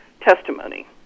testimony